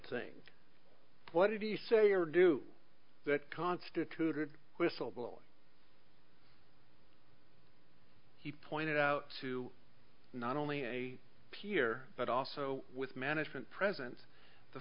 thing what did he say or do that constituted whistleblowing he pointed out to not only a peer but also with management present the